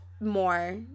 more